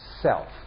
self